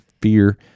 fear